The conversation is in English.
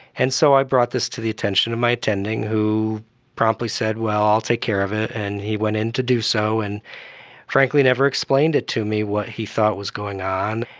and so i brought this to the attention of my attending, who promptly said, well, i'll take care of it. and he went in to do so and frankly never explained it to me, what he thought was going on,